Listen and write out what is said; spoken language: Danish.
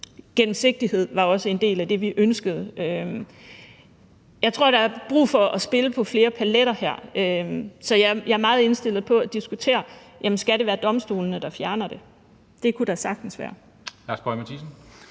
Gennemsigtighed var også en del af det, vi ønskede. Jeg tror, der er brug for flere paletter, så jeg er meget indstillet på at diskutere, om det skal være domstolene, der fjerner det. Det kunne det sagtens være.